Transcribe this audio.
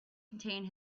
contain